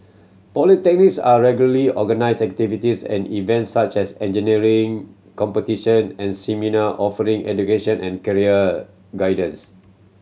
polytechnics are regularly organise activities and events such as engineering competition and seminar offering education and career guidance